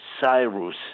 Cyrus